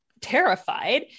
terrified